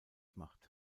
macht